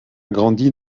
grandi